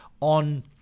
on